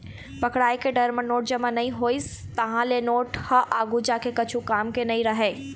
पकड़ाय के डर म नोट जमा नइ होइस, तहाँ ले नोट ह आघु जाके कछु काम के नइ रहय